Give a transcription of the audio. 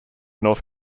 north